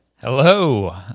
hello